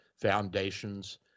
foundations